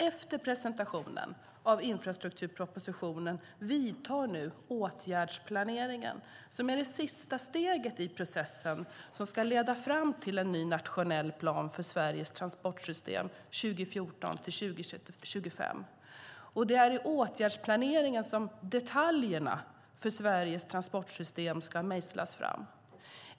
Efter presentationen av infrastrukturpropositionen vidtar nu åtgärdsplaneringen, som är det sista steget i processen som ska leda fram till en ny nationell plan för Sveriges transportsystem 2014-2025. Det är i åtgärdsplaneringen som detaljerna för Sveriges transportsystem ska mejslas fram.